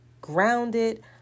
grounded